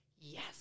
Yes